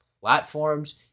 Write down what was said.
platforms